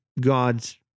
God's